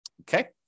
okay